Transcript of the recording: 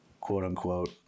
quote-unquote